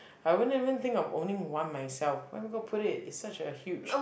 I won't even think of owning one myself where am I gonna put it it's such a huge